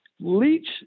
Leach